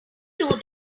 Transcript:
know